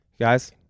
Guys